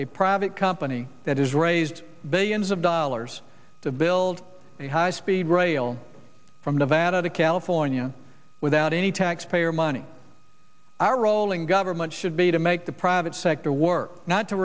a private company that has raised billions of dollars to build a high speed rail from nevada to california without any taxpayer money are rolling government should be to make the private sector work not to